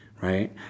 right